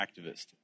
activist